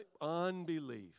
Unbelief